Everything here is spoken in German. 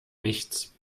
nichts